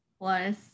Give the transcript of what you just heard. Plus